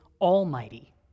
almighty